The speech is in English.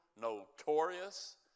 notorious